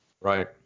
right